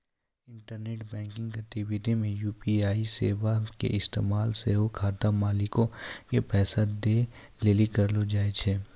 internet banking गतिविधि मे UPI सेबा के इस्तेमाल सेहो खाता मालिको के पैसा दै लेली करलो जाय छै